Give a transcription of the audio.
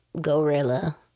Gorilla